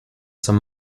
some